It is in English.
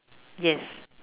yes